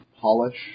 polish